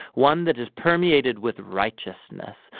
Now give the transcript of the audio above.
one that is permeated with righteousness,